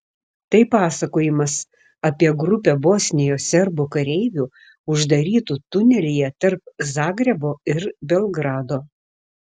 tai pasakojimas apie grupę bosnijos serbų kareivių uždarytų tunelyje tarp zagrebo ir belgrado